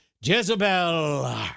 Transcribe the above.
Jezebel